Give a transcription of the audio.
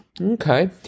okay